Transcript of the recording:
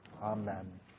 Amen